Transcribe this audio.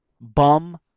bum